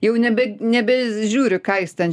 jau nebe nebezžiūriu ką jis ten